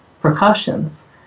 precautions